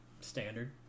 Standard